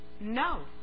No